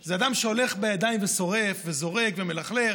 זה אדם שהולך בידיים ושורף וזורק ומלכלך,